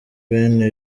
bene